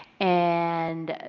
and